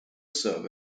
serve